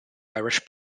irish